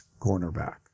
cornerback